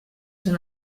són